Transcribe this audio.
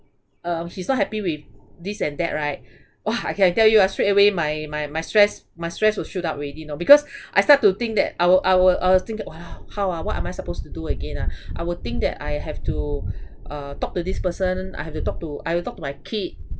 um he's not happy with this and that right !wah! I can tell you ah straight away my my my stress my stress will shoot up already you know because I start to think that I will I will I will think !walao! how ah what am I supposed to do again ah I will think that I have to uh talk to this person I have to talk to I will to talk to my kid